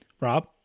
Rob